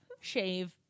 shave